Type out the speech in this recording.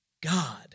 God